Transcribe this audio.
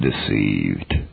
deceived